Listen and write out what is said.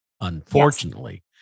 unfortunately